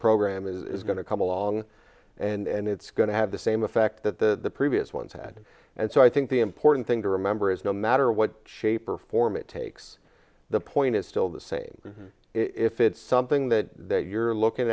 program is going to come along and it's going to have the same effect that the previous ones had and so i think the important thing to remember is no matter what shape or form it takes the point is still the same if it's something that that you're looking